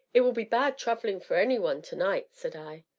it will be bad travelling for any one to-night, said i.